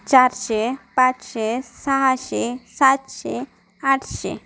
चारशे पाचशे सहाशे सातशे आठशे